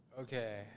Okay